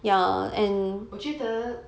我觉得